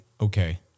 okay